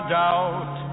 doubt